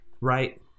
right